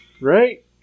Right